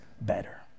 better